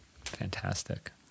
Fantastic